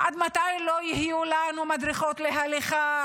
עד מתי לא יהיו לנו מדרכות להליכה?